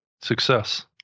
success